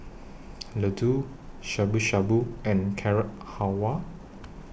Ladoo Shabu Shabu and Carrot Halwa